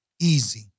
Easy